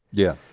yeah.